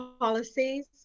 policies